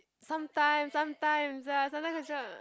sometimes sometimes ya sometimes I try to